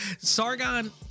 sargon